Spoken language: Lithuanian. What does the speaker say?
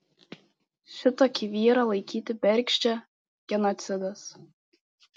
šitokį vyrą laikyti bergždžią genocidas